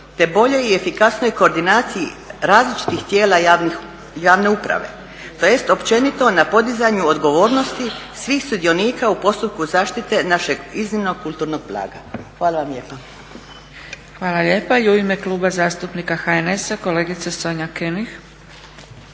te boljoj i efikasnijoj koordinaciji različitih tijela javne uprave tj. općenito na podizanju odgovornosti svih sudionika u postupku zaštite našeg iznimnog kulturnog blaga. Hvala vam lijepa. **Zgrebec, Dragica (SDP)** Hvala lijepa. U ime Kluba zastupnika HNS-a kolegica Sonja König.